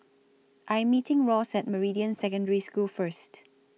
I'm meeting Ross At Meridian Secondary School First